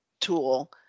tool